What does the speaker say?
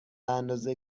اندازه